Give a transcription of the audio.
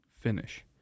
finish